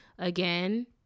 again